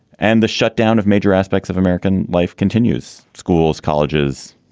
and the shutdown of major aspects of american life continues. schools, colleges,